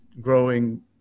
growing